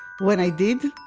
when i did,